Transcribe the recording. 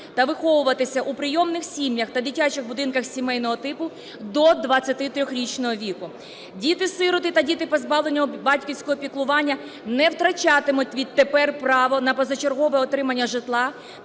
та виховуватися у прийомних сім'ях та дитячих будинках сімейного типу до 23-річного віку. Діти-сироти та діти, позбавлені батьківського піклування, не втрачатимуть відтепер право на позачергове отримання житла